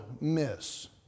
miss